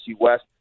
West